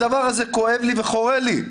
הדבר הזה כואב לי וחורה לי.